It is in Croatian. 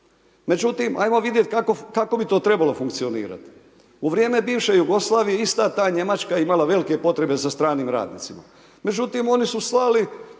Međutim, ajmo vidjeti, kako bi to trebalo funkcionirati. U vrijeme bivše Jugoslavije, ista ta Njemačka je imala velike potrebe za stranim radnicima. Međutim, oni su slali,